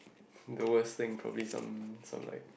the worst thing probably some some like